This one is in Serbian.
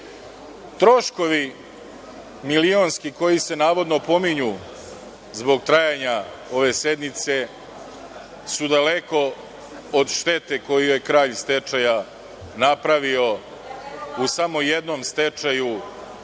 nikako. Troškovi milionski koji se navodno pominju zbog trajanja ove sednice su daleko od štete koju je kralj stečaja napravio u samo jednom stečaju,